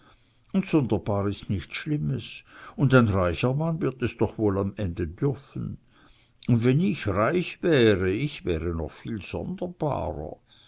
und sonderbar is nichts schlimmes und ein reicher mann wird es doch wohl am ende dürfen un wenn ich reich wäre ich wäre noch viel sonderbarer